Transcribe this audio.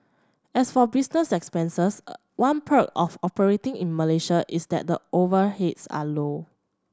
as for business expenses a one perk of operating in Malaysia is that the overheads are low